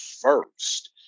first